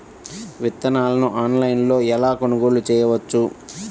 విత్తనాలను ఆన్లైనులో ఎలా కొనుగోలు చేయవచ్చు?